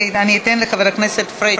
ואני אתן לחבר הכנסת פריג'.